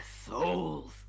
souls